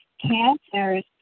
Cancers